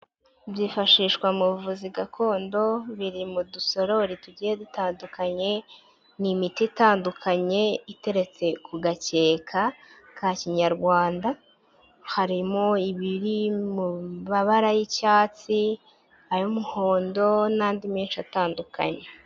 Byifashishwa mu buvuzi gakondo biri mu dusorori tugiye dutandukanye, ni imiti itandukanye iteretse ku gakeka ka kinyarwanda, harimo ibiri mu mabara y'icyatsi ay'umuhondo n'andi menshi atandukanye.